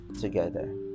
together